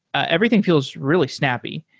everything feels really snappy.